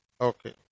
Okay